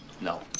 No